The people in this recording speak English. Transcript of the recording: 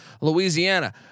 Louisiana